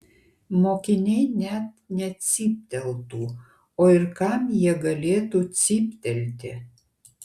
mokiniai net necypteltų o ir kam jie galėtų cyptelti